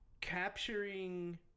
capturing